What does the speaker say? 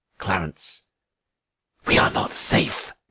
clarence we are not safe.